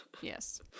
Yes